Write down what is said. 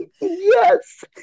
yes